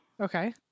Okay